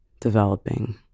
developing